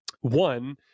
One